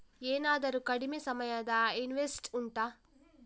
ಏನಾದರೂ ಕಡಿಮೆ ಸಮಯದ ಇನ್ವೆಸ್ಟ್ ಉಂಟಾ